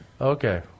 Okay